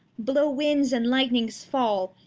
blow winds, and light'nings fall,